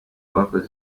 abakoze